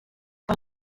pel